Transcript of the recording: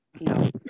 No